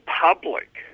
public